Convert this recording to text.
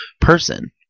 person